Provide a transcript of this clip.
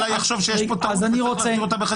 סתם יחשוב שיש פה טעות שאפשר --- בחקיקה?